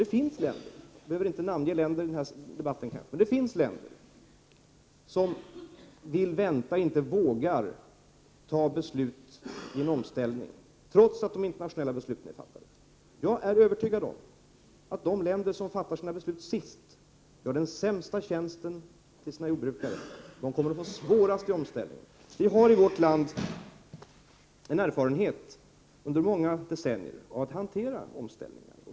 Det finns exempel på länder — jag vill dock inte nämna några namn — som vill vänta, som inte vågar fatta beslut när det gäller en omställning, trots att internationella beslut redan fattats. Jag är alltså övertygad om att de länder som fattar beslut sist gör sina jordbrukare den största otjänsten. I dessa länder kommer det att bli svårast med omställningen. Sedan många decennier har vi i vårt land erfarenheter just när det gäller att hantera omställningar.